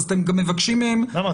אז אתם גם מבקשים מהם --- למה?